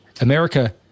America